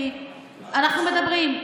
אנחנו מדברים.